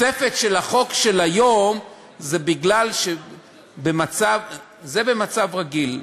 זה במצב רגיל.